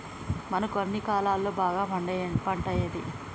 మనకు అన్ని కాలాల్లో బాగా పండే పంట ఏది?